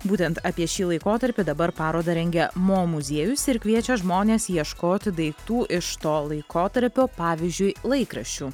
būtent apie šį laikotarpį dabar parodą rengia mo muziejus ir kviečia žmones ieškoti daiktų iš to laikotarpio pavyzdžiui laikraščių